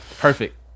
Perfect